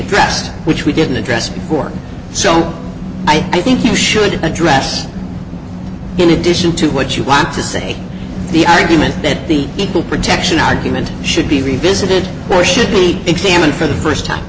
addressed which we didn't address before so i think you should address in addition to what you want to say the argument that the equal protection argument should be revisited or should be examined for the first time